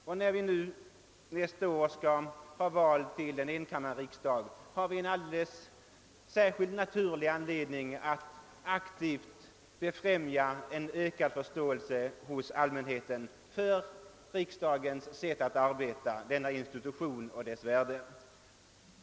Eftersom vi nästa år skall välja den nya enkammarriksdagen har vi nu en särskild och naturlig anledning att aktivt befrämja en ökad förståelse hos all mänheten för riksdagens sätt att arbeta — denna institution och dess värde.